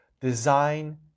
design